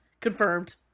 Confirmed